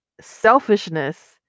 selfishness